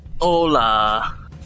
Hola